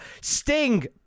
Sting